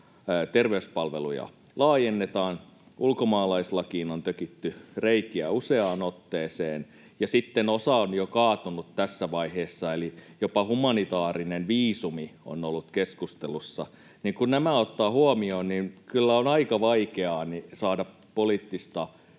terveyspalveluja laajennetaan, ulkomaalaislakiin on tökitty reikiä useaan otteeseen, ja sitten osa on jo kaatunut tässä vaiheessa, eli jopa humanitaarinen viisumi on ollut keskustelussa. Kun nämä ottaa huomioon, niin kyllä on aika vaikeaa saada poliittista